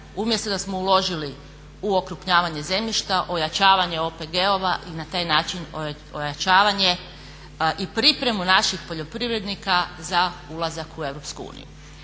umjesto da smo uložili u okrupnjavanje zemljišta, ojačavanje OPG-ova i na taj način ojačavanje i pripremu naših poljoprivrednika za ulazak u EU.